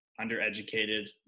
undereducated